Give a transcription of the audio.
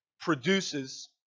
produces